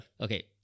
Okay